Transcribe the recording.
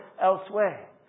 elsewhere